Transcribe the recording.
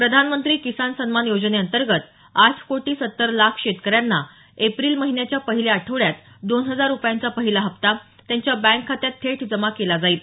प्रधानमंत्री किसान सन्मान योजनेअंतर्गत आठ कोटी सत्तर लाख शेतकऱ्यांना एप्रिल महिन्याच्या पहिल्या आठवड्यात दोन हजार रुपयांचा पहिला हप्ता त्यांच्या बँक खात्यात थेट जमा केला जाईल